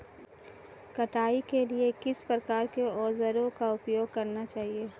कटाई के लिए किस प्रकार के औज़ारों का उपयोग करना चाहिए?